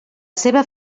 seva